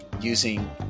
using